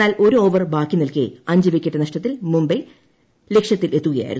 എന്നാൽ ഒരു ഓവർ ബാക്കിനിൽക്കെ അഞ്ചു വിക്കറ്റ് നഷ്ടത്തിൽ മുംബൈ ലക്ഷ്യത്തിലെത്തുകയായിരുന്നു